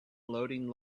loading